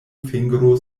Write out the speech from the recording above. fingro